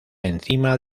encima